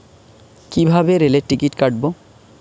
কিভাবে রেলের টিকিট কাটব?